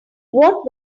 what